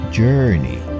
journey